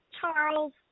Charles